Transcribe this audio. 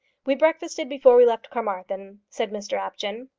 we breakfasted before we left carmarthen, said mr apjohn.